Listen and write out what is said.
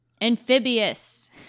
amphibious